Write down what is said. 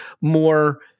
more